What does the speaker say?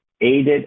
aided